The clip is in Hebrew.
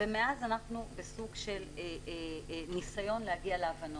ומאז אנחנו בסוג של ניסיון להגיע להבנות.